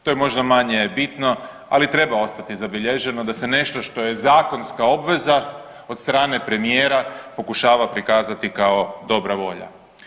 To je možda manje bitno, ali treba ostati zabilježeno da se nešto što je zakonska obveza od strane premijera pokušava prikazati kao dobra volja.